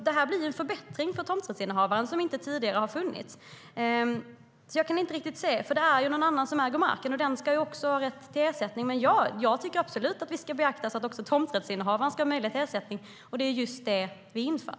Det blir alltså en förbättring för tomträttshavaren och något som inte tidigare har funnits. Det är nämligen någon annan som äger marken, och den personen ska också ha rätt till ersättning. Men ja, jag tycker absolut att vi ska beakta att även tomträttshavaren ska ha möjlighet till ersättning, och det är just det vi inför.